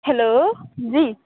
hello جی